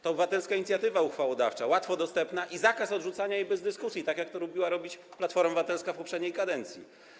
To obywatelska inicjatywa uchwałodawcza, łatwo dostępna, i zakaz odrzucania jej bez dyskusji, tak jak to lubiła robić Platforma Obywatelska w poprzedniej kadencji.